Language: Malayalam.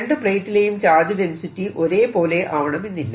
രണ്ടു പ്ലേറ്റിലെയും ചാർജ് ഡെൻസിറ്റി ഒരേ പോലെ ആവണമെന്നില്ല